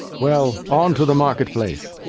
well, on to the market-place.